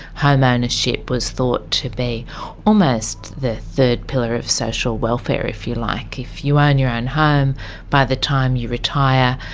home ownership was almost thought to be almost the third pillar of social welfare, if you like. if you own your own home by the time you retire,